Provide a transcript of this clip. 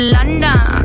London